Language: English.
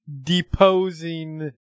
deposing